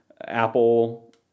Apple